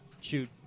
shoot